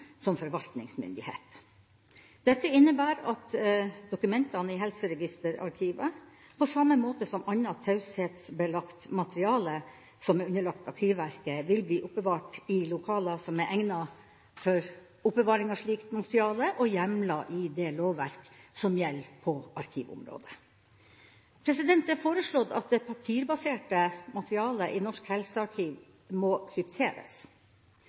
som forvaltningsmyndighet. Dette innbærer at dokumentene i helseregisterarkivet på samme måte som annen taushetsbelagt materiale som er underlagt Arkivverket, vil bli oppbevart i lokaler som er egnet for oppbevaring av slikt materiale, og hjemlet i det lovverket som gjelder på arkivområdet. Det er foreslått at det papirbaserte materialet i Norsk helsearkiv må